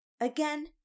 again